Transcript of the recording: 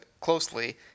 closely